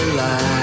light